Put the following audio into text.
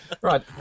Right